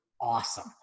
awesome